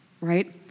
right